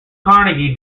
carnegie